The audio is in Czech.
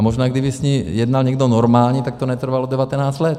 Možná kdyby s ní jednal někdo normální, tak to netrvalo 19 let.